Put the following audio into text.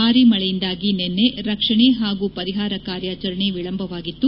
ಭಾರೀ ಮಳೆಯಿಂದಾಗಿ ನಿನ್ನೆ ರಕ್ಷಣೆ ಹಾಗೂ ಪರಿಹಾರ ಕಾರ್ಯಾಚರಣೆ ವಿಳಂಬವಾಗಿತ್ತು